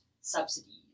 subsidies